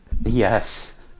yes